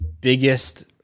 biggest